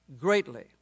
greatly